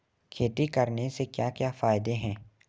खेती करने से क्या क्या फायदे हैं?